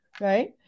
right